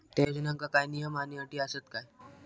त्या योजनांका काय नियम आणि अटी आसत काय?